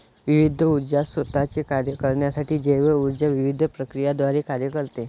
विविध ऊर्जा स्त्रोतांचे कार्य करण्यासाठी जैव ऊर्जा विविध प्रक्रियांद्वारे कार्य करते